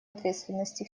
ответственности